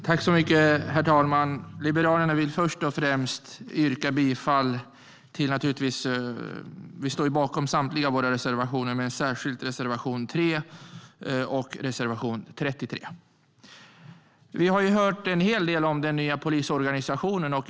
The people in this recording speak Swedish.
Herr talman! Jag vill först och främst yrka bifall till reservationerna 3 och 33, även om vi liberaler står bakom samtliga våra reservationer. Vi har hört en hel del om den nya polisorganisationen.